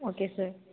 okay sir